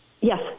Yes